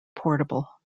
portable